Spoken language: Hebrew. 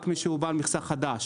רק מי שהוא בעל מכסה חדש.